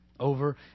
Over